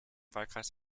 wahlkreis